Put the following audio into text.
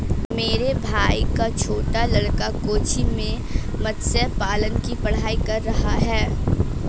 मेरे भाई का छोटा लड़का कोच्चि में मत्स्य पालन की पढ़ाई कर रहा है